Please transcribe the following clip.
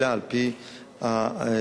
אלא על-פי השיקולים,